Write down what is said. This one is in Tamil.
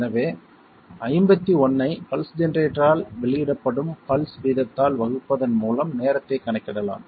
எனவே 51 ஐ பல்ஸ் ஜெனரேட்டரால் வெளியிடப்படும் பல்ஸ் வீதத்தால் வகுப்பதன் மூலம் நேரத்தை கணக்கிடலாம்